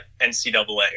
NCAA